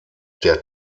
der